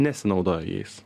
nesinaudoja jais